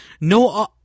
no